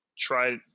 try